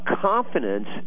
confidence